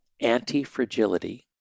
anti-fragility